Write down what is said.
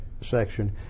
section